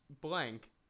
blank